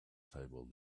table